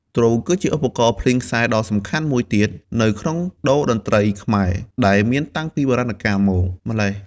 ទ្រ គឺជាឧបករណ៍ភ្លេងខ្សែដ៏សំខាន់មួយទៀតនៅក្នុងតូរ្យតន្ត្រីខ្មែរ ដែលមានតាំងពីបុរាណកាលមកម្ល៉េះ។